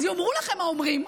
אז יאמרו לכם האומרים,